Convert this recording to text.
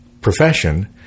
profession